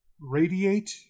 radiate